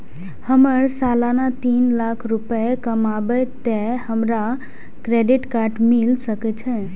हमर सालाना तीन लाख रुपए कमाबे ते हमरा क्रेडिट कार्ड मिल सके छे?